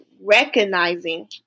recognizing